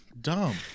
dumb